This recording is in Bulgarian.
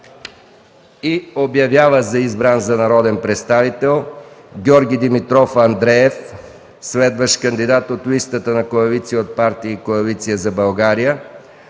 Обявява за избран за народен представител Георги Димитров Андреев, следващ кандидат от листата на КП „Коалиция за България”